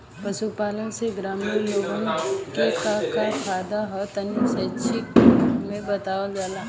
पशुपालन से ग्रामीण लोगन के का का फायदा ह तनि संक्षिप्त में बतावल जा?